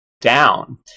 down